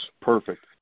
perfect